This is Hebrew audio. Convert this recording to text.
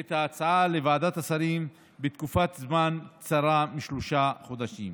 את ההצעה לוועדת השרים בתקופת זמן קצרה משלושה חודשים.